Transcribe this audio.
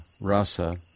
rasa